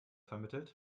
vermittelt